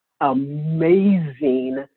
amazing